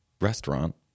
restaurant